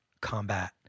combat